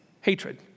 hatred